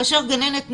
כאשר גננת נעדרת,